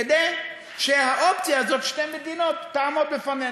כדי שהאופציה הזאת של שתי מדינות תעמוד בפנינו.